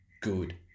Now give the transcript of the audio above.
Good